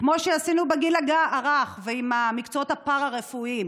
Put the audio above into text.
כמו שעשינו בגיל הרך ועם המקצועות הפארה-רפואיים